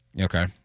Okay